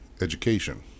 education